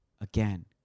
Again